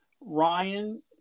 Ryan